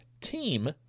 team